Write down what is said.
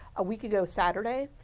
a week ago saturday.